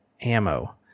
ammo